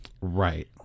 Right